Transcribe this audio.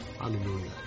Hallelujah